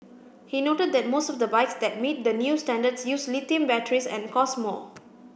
he noted that most of the bikes that meet the new standards use lithium batteries and cost more